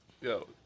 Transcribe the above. Yo